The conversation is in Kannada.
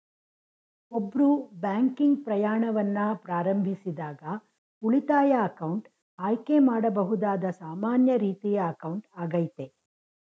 ಒಬ್ರು ಬ್ಯಾಂಕಿಂಗ್ ಪ್ರಯಾಣವನ್ನ ಪ್ರಾರಂಭಿಸಿದಾಗ ಉಳಿತಾಯ ಅಕೌಂಟ್ ಆಯ್ಕೆ ಮಾಡಬಹುದಾದ ಸಾಮಾನ್ಯ ರೀತಿಯ ಅಕೌಂಟ್ ಆಗೈತೆ